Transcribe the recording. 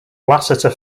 lasseter